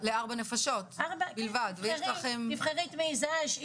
פשוט מזעזע.